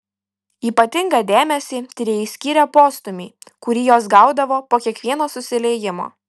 ypatingą dėmesį tyrėjai skyrė postūmiui kurį jos gaudavo po kiekvieno susiliejimo